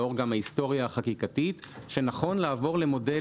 לאור ההיסטוריה החקיקתית שנכון לעבור למודל